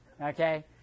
okay